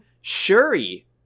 Shuri